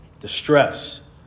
distress